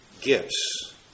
gifts